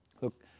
Look